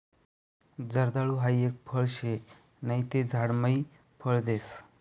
जर्दाळु हाई एक फळ शे नहि ते झाड मायी फळ देस